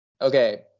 Okay